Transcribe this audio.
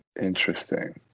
Interesting